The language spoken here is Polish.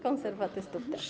Konserwatystów też.